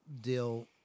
deal